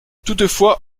toutefois